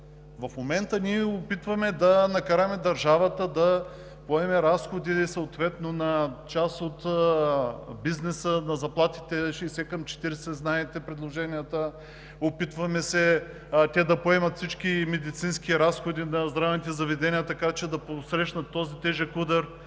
В момента ние опитваме да накараме държавата да поеме разходите съответно на част от бизнеса, заплатите 60 към 40, знаете предложенията, опитваме се да поеме всички медицински разходи на здравните заведения, така че да посрещнат този тежък удар.